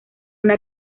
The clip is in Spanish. una